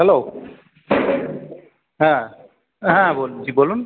hello হ্যাঁ হ্যাঁ বলছি বলুন